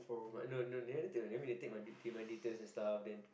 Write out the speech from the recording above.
but no no they never take my maybe they take my take my details and stuff then